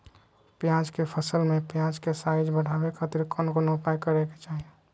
प्याज के फसल में प्याज के साइज बढ़ावे खातिर कौन उपाय करे के चाही?